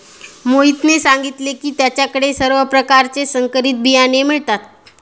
मोहितने सांगितले की त्याच्या कडे सर्व प्रकारचे संकरित बियाणे मिळतात